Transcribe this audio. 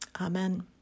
Amen